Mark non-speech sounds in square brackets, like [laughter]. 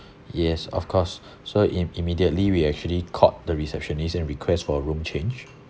[breath] yes of course [breath] so im~ immediately we actually called the receptionist and request for a room change